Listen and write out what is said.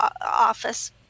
office